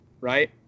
right